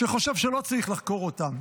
שחושב שלא צריך לחקור אותם.